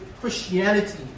Christianity